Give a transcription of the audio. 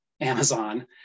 amazon